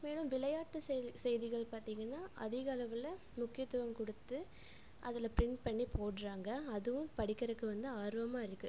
மேலும் விளையாட்டு செய் செய்திகள் பார்த்திங்கன்னா அதிக அளவில் முக்கியத்துவம் கொடுத்து அதில் பிரிண்ட் பண்ணி போடுகிறாங்க அதுவும் படிக்கிறதுக்கு வந்து ஆர்வமாக இருக்கு